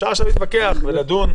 אפשר עכשיו להתווכח ולדון.